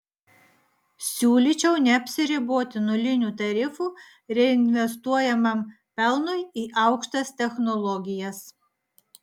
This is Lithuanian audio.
siūlyčiau neapsiriboti nuliniu tarifu reinvestuojamam pelnui į aukštas technologijas